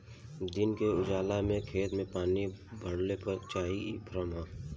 दिन के उजाला में खेत में पानी पटावे के चाही इ भ्रम ह